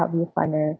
help you find a